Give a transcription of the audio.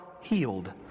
healed